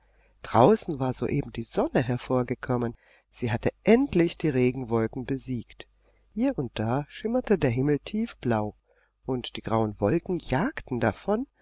draußen war soeben die sonne hervorgekommen sie hatte endlich die regenwolken besiegt hier und da schimmerte der himmel tiefblau und die grauen wolken jagten davon